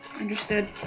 Understood